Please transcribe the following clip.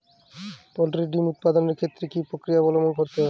Poultry ডিম উৎপাদনের ক্ষেত্রে কি পক্রিয়া অবলম্বন করতে হয়?